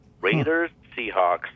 Raiders-Seahawks